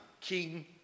King